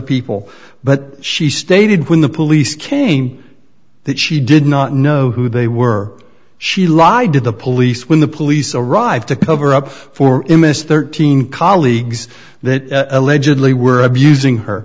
people but she stated when the police came that she did not know who they were she lied to the police when the police arrived to cover up for him is thirteen colleagues that allegedly were abusing her